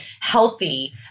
healthy